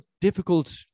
difficult